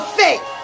faith